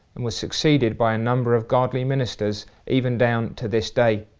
and was succeeded by number of godly ministers, even down to this day.